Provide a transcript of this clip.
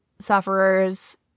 sufferers